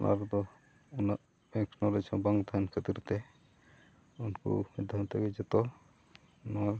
ᱚᱱᱟ ᱨᱮᱫᱚ ᱩᱱᱟᱹᱜ ᱵᱮᱝᱠ ᱱᱚᱞᱮᱡᱽ ᱦᱚᱸ ᱵᱟᱝ ᱛᱟᱦᱮᱱ ᱠᱷᱟᱹᱛᱤᱨ ᱛᱮ ᱩᱱᱠᱩ ᱢᱤᱫ ᱫᱷᱟᱣ ᱛᱮᱜᱮ ᱡᱚᱛᱚ ᱱᱚᱣᱟ